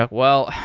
ah well,